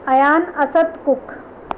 Ayan Asad kick